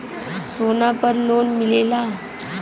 सोना पर लोन मिलेला?